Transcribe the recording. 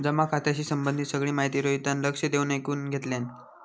जमा खात्याशी संबंधित सगळी माहिती रोहितान लक्ष देऊन ऐकुन घेतल्यान